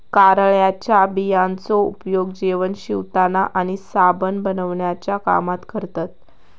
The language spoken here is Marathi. कारळ्याच्या बियांचो उपयोग जेवण शिवताना आणि साबण बनवण्याच्या कामात करतत